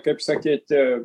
kaip sakyt